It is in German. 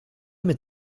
mit